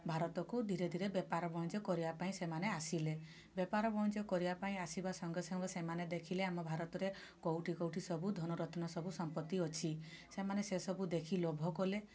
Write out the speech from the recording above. ଭାରତକୁ ଧିରେ ଧିରେ ବେପାର ବଣିଜ କରିବା ପାଇଁ ସେମାନେ ଆସିଲେ ବେପାର ବାଣିଜ୍ୟ କରିବା ପାଇଁ ଆସିବା ସଙ୍ଗେ ସଙ୍ଗେ ସେମାନେ ଦେଖିଲେ ଆମ ଭାରତରେ କୋଉଠି କୋଉଠି ସବୁ ଧନ ରତ୍ନ ସବୁ ସମ୍ପତି ଅଛି ସେମାନେ ସେସବୁ ଦେଖି ଲୋଭ କଲେ